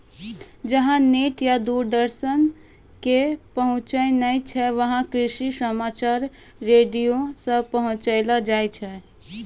जहां नेट या दूरदर्शन के पहुंच नाय छै वहां कृषि समाचार रेडियो सॅ पहुंचैलो जाय छै